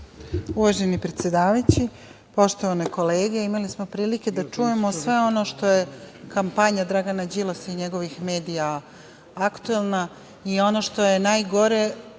Uvaženi predsedavajući, poštovane kolege, imali smo priliku da čujemo sve ono što je kampanja Dragana Đilasa i njegovih medija aktuelna i ono što je najgore,